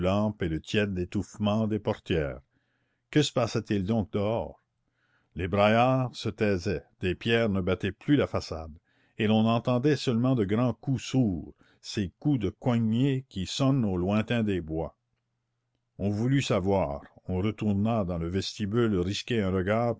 et le tiède étouffement des portières que se passait-il donc dehors les braillards se taisaient des pierres ne battaient plus la façade et l'on entendait seulement de grands coups sourds ces coups de cognée qui sonnent au lointain des bois on voulut savoir on retourna dans le vestibule risquer un regard